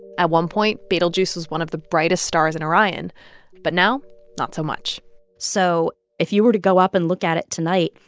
at one point, betelgeuse was one of the brightest stars in orion but now not so much so if you were to go up and look at it tonight,